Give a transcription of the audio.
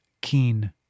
Keen